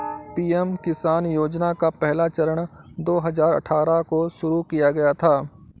PM Kisan योजना का पहला चरण दो हज़ार अठ्ठारह को शुरू किया गया था